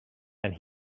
and